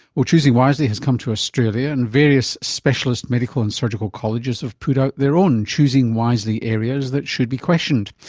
well, choosing wisely has come to australia and various specialist medical and surgical colleges have put out their own choosing wisely areas that should be questioned.